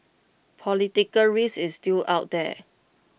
political risk is still out there